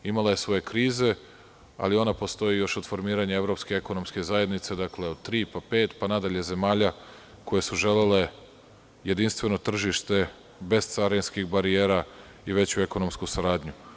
Imala je svoje krize, ali ona postoji još od formiranja evropske ekonomske zajednice, dakle, od tri, pa pet, pa na dalje zemalja, koje su želele jedinstveno tržište, bez carinskih barijera i veću ekonomsku saradnju.